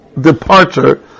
departure